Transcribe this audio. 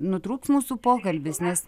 nutrūks mūsų pokalbis nes